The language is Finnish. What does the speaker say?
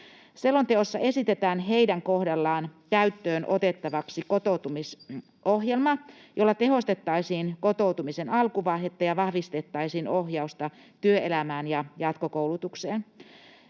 Selonteossa esitetään heidän kohdallaan käyttöönotettavaksi kotoutumisohjelma, jolla tehostettaisiin kotoutumisen alkuvaihetta ja vahvistettaisiin ohjausta työelämään ja jatkokoulutukseen.